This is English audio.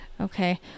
Okay